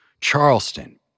Charleston